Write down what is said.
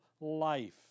life